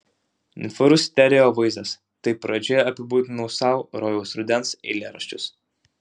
netvarus stereo vaizdas taip pradžioje apibūdinau sau rojaus rudens eilėraščius